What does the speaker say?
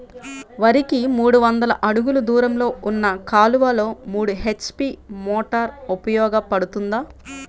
వరికి మూడు వందల అడుగులు దూరంలో ఉన్న కాలువలో మూడు హెచ్.పీ మోటార్ ఉపయోగపడుతుందా?